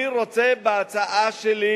אני רוצה בהצעה שלי,